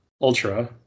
ultra